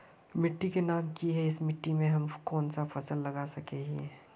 मिट्टी के नाम की है इस मिट्टी में हम कोन सा फसल लगा सके हिय?